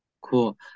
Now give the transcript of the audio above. Cool